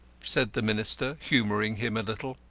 said the minister, humouring him a little.